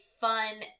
fun